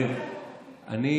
עיתון?